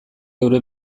euren